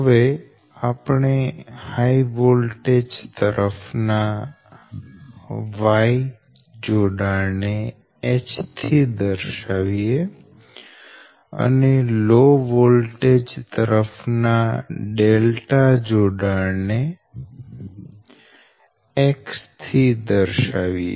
હવે આપણે high voltage તરફ ના Y જોડાણ ને 'H' થી દર્શાવીએ અને લો વોલ્ટેજ તરફ ના જોડાણ ને 'X' થી દર્શાવીએ